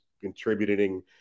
contributing